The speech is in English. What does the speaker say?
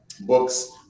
books